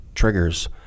triggers